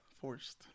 Forced